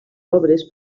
obres